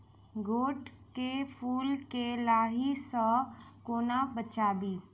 गोट केँ फुल केँ लाही सऽ कोना बचाबी?